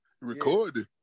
Recording